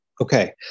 okay